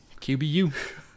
QBU